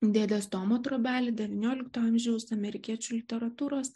dėdės tomo trobelė devyniolikto amžiaus amerikiečių literatūros